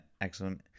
excellent